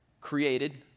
created